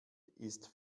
ist